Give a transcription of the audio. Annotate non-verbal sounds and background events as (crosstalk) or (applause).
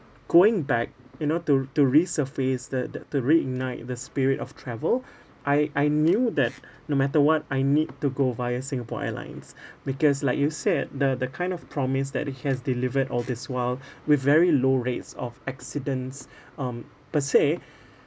going back you know to to resurface the the to reignite the spirit of travel I I knew that (breath) no matter what I need to go via Singapore Airlines (breath) because like you said the the kind of promise that it has delivered all this while (breath) with very low rates of accidents (breath) um per se